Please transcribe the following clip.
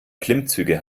klimmzüge